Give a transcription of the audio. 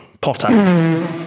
potter